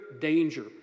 danger